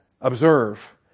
observe